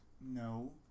No